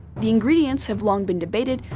the ingredients have long been debated,